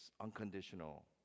unconditional